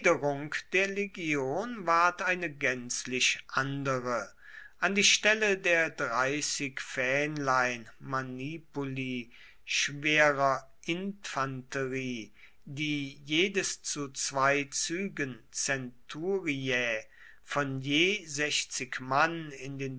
der legion ward eine gänzlich andere an die stelle der fähnlein manipuli schwerer infanterie die jedes zu zwei zügen centuriae von je mann in den